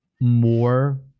more